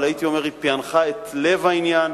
אבל הייתי אומר שהיא פענחה את לב העניין.